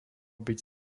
byť